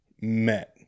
met